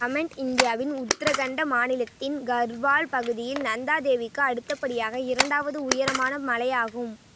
comment இந்தியாவின் உத்தரகண்ட மாநிலத்தின் கர்வால் பகுதியில் நந்தா தேவிக்கு அடுத்தபடியாக இரண்டாவது உயரமான மலையாகும்